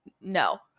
No